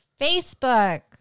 Facebook